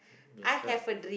describe